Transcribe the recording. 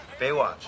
Baywatch